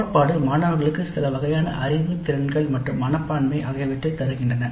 கோட்பாடு மாணவர்களுக்கு சில வகையான அறிவு திறன்கள் மற்றும் மனப்பான்மை ஆகியவற்றைத் தடுக்கின்றன